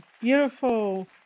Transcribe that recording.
beautiful